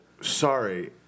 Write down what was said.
sorry